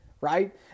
right